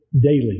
daily